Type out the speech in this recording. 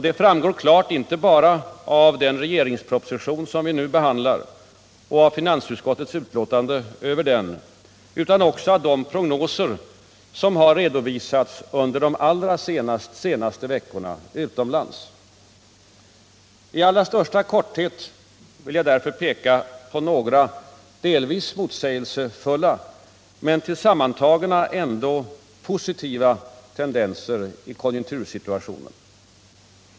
Detta framgår klart inte bara av den regeringsproposition vi nu behandlar och av finansutskottets betänkande över den utan också av de prognoser som redovisats under de allra senaste veckorna utomlands. I allra största korthet vill jag därför peka på några delvis motsägelsefulla men tillsammantagna ändå positiva tendenser i konjunktursituationen.